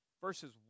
verses